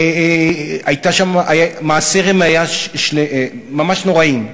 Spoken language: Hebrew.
היו שם מעשי רמייה ממש נוראיים,